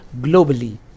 globally